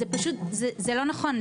זה פשוט לא נכון.